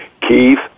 Keith